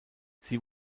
sie